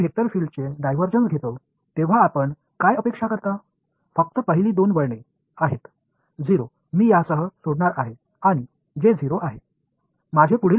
எனவே இந்த vector field க்கு டைவர்ஜென்ஸ் எடுக்கும்பொழுது நீங்கள் எதிர்பார்ப்பது முதல் இரண்டு திருப்பங்கள் மட்டுமே 0 நான் இதை 0 உடன் விட்டு விடப் போகிறேன்